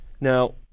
Now